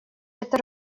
это